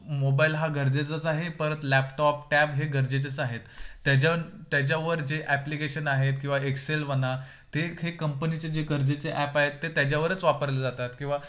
mobile हा गरजेचाच आहे परत लॅपटॉप टॅब हे गरजेचेच आहेत त्याज्या त्याच्यावर जे ॲप्लिकेशन आहेत किंवा एक्सेल म्हणा ते हे कंपनीचे जे गरजेचे ॲप आहेत ते त्याच्यावरच वापरले जातात किंवा